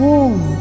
Warm